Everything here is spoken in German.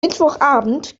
mittwochabend